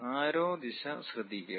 ആരോ ദിശ ശ്രദ്ധിക്കുക